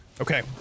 Okay